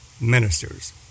ministers